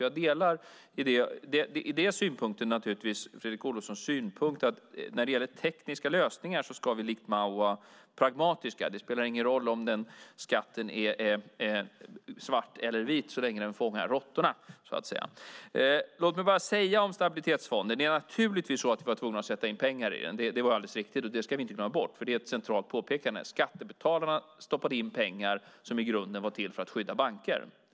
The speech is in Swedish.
Jag delar ur den synvinkeln naturligtvis Fredrik Olovssons synpunkt att vi när det gäller tekniska lösningar likt Mao ska vara pragmatiska. Det spelar ingen roll om skatten är svart eller vit så länge den fångar råttorna, så att säga. Låt mig om stabiliseringsfonden bara säga att det naturligtvis är så att vi var tvungna att sätta in pengar i den. Det är alldeles riktigt, och det ska vi inte glömma bort. Det är nämligen ett centralt påpekande: Skattebetalarna stoppade in pengar som i grunden var till för att skydda banker.